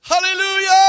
Hallelujah